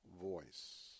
voice